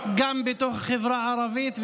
גם בתוך החברה הערבית,